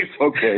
Okay